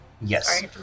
Yes